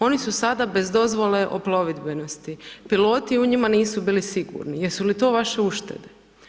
Oni su sada bez dozvole o plovidbenosti, piloti u njima nisu bili sigurni, jesu li to vaše uštede?